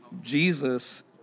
Jesus